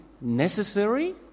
necessary